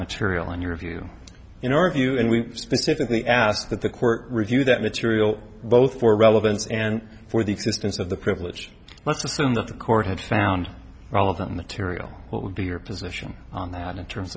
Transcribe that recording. material in your view in our view and we specifically ask that the court review that material both for relevance and for the existence of the privilege let's assume that the court has found relevant material what would be your position on that in terms